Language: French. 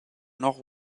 nord